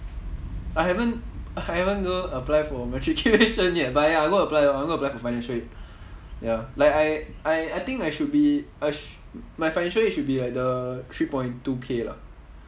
I haven't I haven't go apply for matriculation yet but ya I'm going to apply I'm going to apply for financial aid ya like I I I think I should be I sh~ my financial aid should be like the three point two K lah